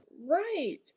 Right